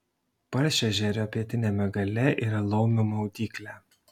paršežerio pietiniame gale yra laumių maudyklė